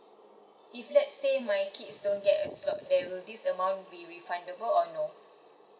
if let's say my kids don't get accepted this amount will be refundable or no